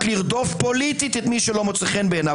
לרדוף פוליטית את מי שלא מוצא חן בעיניו,